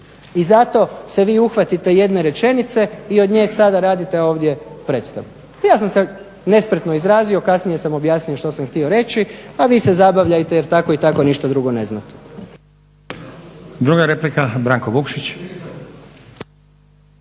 I zato se vi uhvatite jedne rečenice i od nje sada radite ovdje predstavu. Ja sam se nespretno izrazio, kasnije sam objasnio što sam htio reći, a vi se zabavljajte jer tako i tako ništa drugo ne znate.